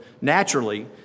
naturally